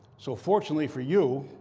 so fortunately for you,